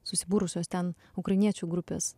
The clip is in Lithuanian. susibūrusios ten ukrainiečių grupės